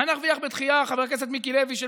מה נרוויח בדחייה של 120 יום, חבר הכנסת מיקי לוי?